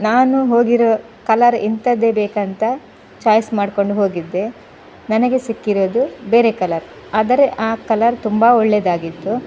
ನಾನು ಹೋಗಿರೋ ಕಲರ್ ಇಂಥದ್ದೇ ಬೇಕಂತ ಚಾಯ್ಸ್ ಮಾಡ್ಕೊಂಡು ಹೋಗಿದ್ದೆ ನನಗೆ ಸಿಕ್ಕಿರೋದು ಬೇರೆ ಕಲರ್ ಆದರೆ ಆ ಕಲರ್ ತುಂಬ ಒಳ್ಳೆದಾಗಿತ್ತು